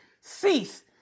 cease